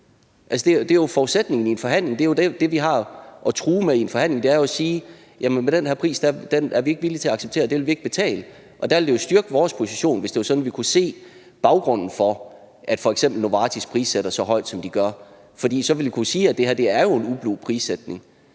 Det er jo forudsætningen i en forhandling. Det, vi har at true med i en forhandling, er at sige, at den pris er vi ikke villige til at acceptere; den vil vi ikke betale. Og der ville det jo styrke vores position, hvis det var sådan, at vi kunne se baggrunden for, at f.eks. Novartis prissætter så højt, som de gør. For så ville vi kunne sige, at det her er en ublu prissætning.